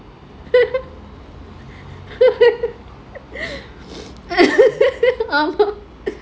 physical fight